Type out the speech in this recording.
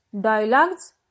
dialogues